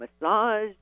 massage